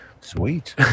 Sweet